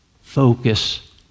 Focus